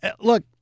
look